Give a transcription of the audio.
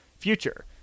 future